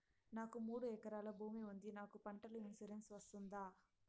నాకు మూడు ఎకరాలు భూమి ఉంది నాకు పంటల ఇన్సూరెన్సు వస్తుందా?